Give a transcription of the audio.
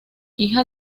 hija